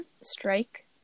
Strike